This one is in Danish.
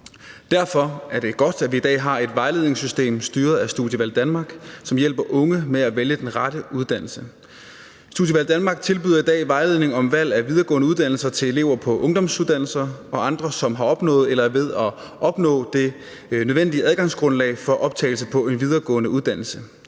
Derfor er det godt, at vi i dag har et vejledningssystem styret af Studievalg Danmark, som hjælper unge med at vælge den rette uddannelse. Studievalg Danmark tilbyder i dag vejledning om valg af videregående uddannelse til elever på ungdomsuddannelser og til andre, som har opnået eller er ved at opnå det nødvendige adgangsgrundlag for optagelse på en videregående uddannelse.